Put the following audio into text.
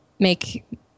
make